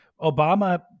Obama